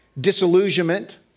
disillusionment